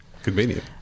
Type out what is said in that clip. Convenient